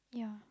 yeah